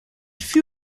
fut